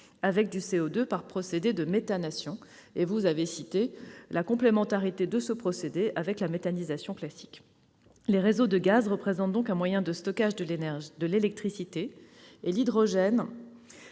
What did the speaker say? avec du CO2 par le procédé de méthanation. La complémentarité de ce procédé avec la méthanisation classique a été évoquée. Les réseaux de gaz représentent donc un moyen de stockage de l'électricité et l'hydrogène